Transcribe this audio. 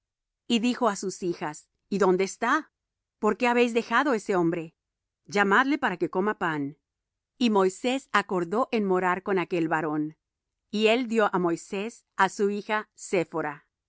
y dijo á sus hijas y dónde está por qué habéis dejado ese hombre llamadle para que coma pan y moisés acordó en morar con aquel varón y él dió á moisés á su hija séphora